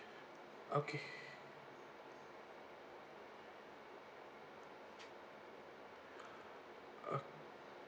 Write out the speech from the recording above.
okay uh